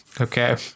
Okay